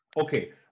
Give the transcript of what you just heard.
Okay